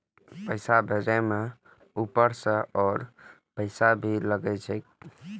पैसा भेजे में ऊपर से और पैसा भी लगे छै?